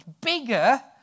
bigger